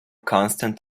constant